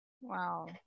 Wow